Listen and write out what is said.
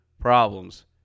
problems